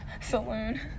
Saloon